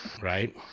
right